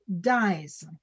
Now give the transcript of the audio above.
dies